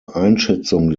einschätzung